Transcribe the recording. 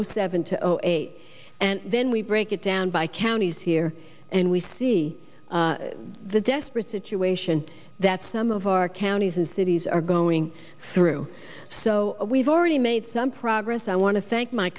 zero seven to zero eight and then we break it down by counties here and we see the desperate situation that some of our counties and cities are going through so we've already made some progress i want to thank my